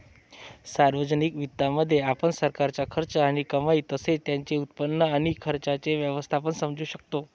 सार्वजनिक वित्तामध्ये, आपण सरकारचा खर्च आणि कमाई तसेच त्याचे उत्पन्न आणि खर्चाचे व्यवस्थापन समजू शकतो